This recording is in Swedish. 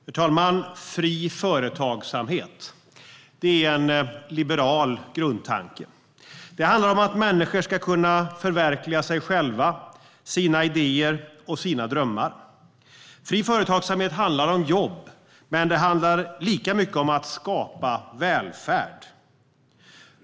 Herr talman! Fri företagsamhet är en liberal grundtanke. Det handlar om att människor ska kunna förverkliga sig själva, sina idéer och sina drömmar. Fri företagsamhet handlar om jobb, men det handlar lika mycket om att skapa välfärd.